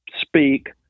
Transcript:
speak